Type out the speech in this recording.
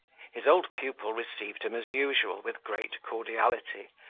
his old pupil received him as usual, with great cordiality,